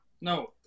no